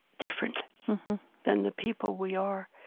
different than the people we are.